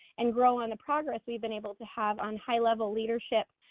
and grow on the progress we've been able to have on high-level leadership,